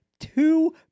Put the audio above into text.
two